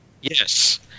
Yes